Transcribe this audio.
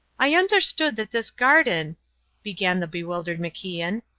i understood that this garden began the bewildered macian.